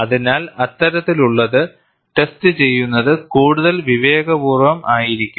അതിനാൽ അത്തരത്തിലുള്ളത് ടെസ്റ്റ് ചെയ്യുന്നത് കൂടുതൽ വിവേകപൂർവ്വം ആയിരിക്കും